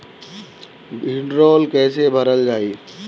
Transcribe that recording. भीडरौल कैसे भरल जाइ?